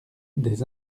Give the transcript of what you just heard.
des